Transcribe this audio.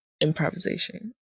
improvisation